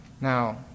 Now